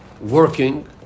working